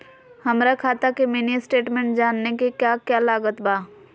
हमरा खाता के मिनी स्टेटमेंट जानने के क्या क्या लागत बा?